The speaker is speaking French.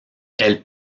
elle